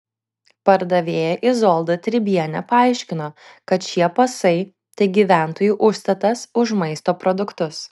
pardavėja izolda tribienė paaiškino kad šie pasai tai gyventojų užstatas už maisto produktus